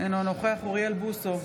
אינו נוכח אוריאל בוסו,